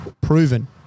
proven